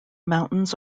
mountains